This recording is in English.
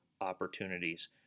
opportunities